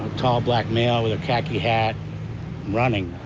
tall black male with a khaki hat running?